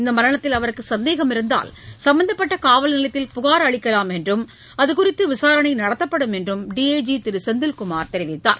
இந்த மரணத்தில் அவருக்கு சந்தேகம் இருந்தால் சும்பந்தப்பட்ட காவல் நிலையத்தில் புகார் அளிக்கலாம் என்றும் அதுகுறித்து விசாரணை நடத்தப்படும் என்றும் D I G Thiru Senthilkumar தெரிவித்தார்